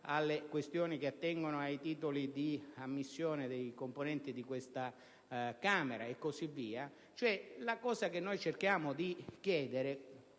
alle questioni che attengono ai titoli di ammissione dei componenti di questa Camera, e così via. Quello che stiamo cercando di chiedere,